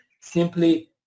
simply